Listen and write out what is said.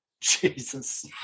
jesus